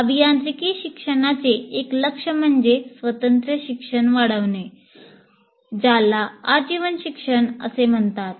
अभियांत्रिकी शिक्षणाचे एक लक्ष्य म्हणजे स्वतंत्र शिक्षण वाढवणे ज्याला आजीवन शिक्षण असे म्हणतात